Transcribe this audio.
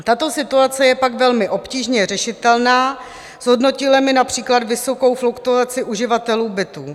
Tato situace je pak velmi obtížně řešitelná, zhodnotímeli například vysokou fluktuaci uživatelů bytů.